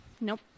Nope